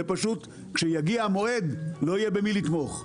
כשיגיע המועד, לא יהיה במי לתמוך.